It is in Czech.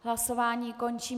Hlasování končím.